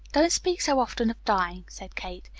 don't speak so often of dying, said kate.